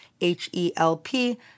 H-E-L-P